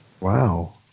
Wow